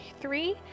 three